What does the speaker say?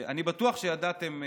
אני בטוח שידעתם,